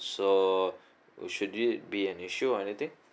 so would should it be an issue or anything